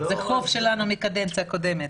זה חוב שלנו מהקדנציה הקודמת.